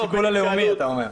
השיקול הלאומי, אתה אומר.